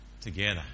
together